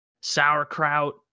sauerkraut